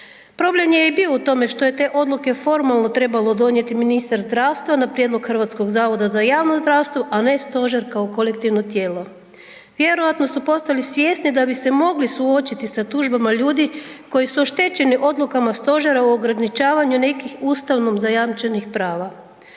Problem je i bio u tome što je te odluke formalno trebalo donijeti ministar zdravstva na prijedlog HZJZ, a ne stožer kao kolektivno tijelo. Vjerojatno su postali svjesni da bi se mogli suočiti sa tužbama ljudi koji su oštećeni odlukama stožera u ograničavanju nekih ustavom zajamčenih prava.